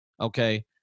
Okay